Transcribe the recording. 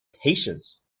patience